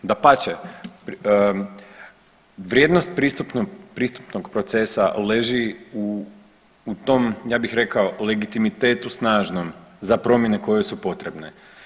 Dapače, vrijednost pristupnog procesa leži u tom ja bih rekao legitimitetu snažnom za promjene koje su potrebne.